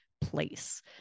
place